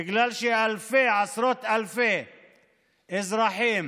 בגלל שעשרות אלפי אזרחים,